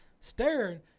staring